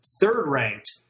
Third-ranked